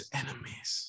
enemies